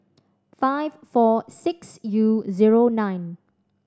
five four six U zero nine